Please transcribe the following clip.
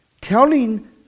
telling